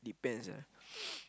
depends ah